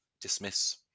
dismiss